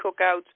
cookouts